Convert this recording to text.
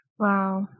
Wow